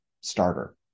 starter